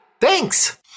Thanks